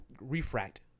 refract